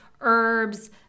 herbs